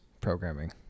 programming